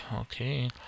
Okay